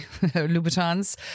Louboutins